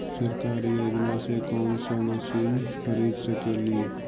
सरकारी योजना से कोन सा मशीन खरीद सकेली?